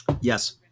Yes